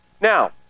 Now